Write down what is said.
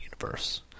Universe